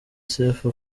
sefu